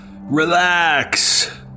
Relax